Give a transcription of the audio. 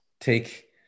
take